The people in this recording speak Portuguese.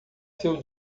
seu